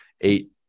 eight